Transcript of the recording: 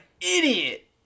idiot